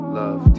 love